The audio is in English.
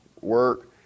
work